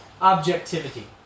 objectivity